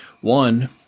One